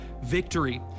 victory